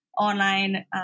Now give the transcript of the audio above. online